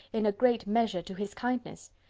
in a great measure to his kindness.